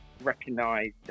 recognised